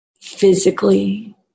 Physically